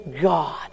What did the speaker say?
God